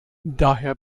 daher